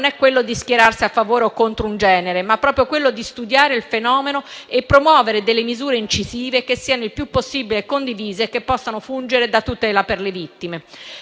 è quello di schierarsi a favore o contro un genere, ma proprio quello di studiare il fenomeno e promuovere delle misure incisive che siano il più possibile condivise e che possano fungere da tutela per le vittime.